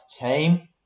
team